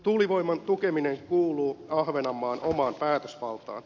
tuulivoiman tukeminen kuuluu ahvenanmaan omaan päätösvaltaan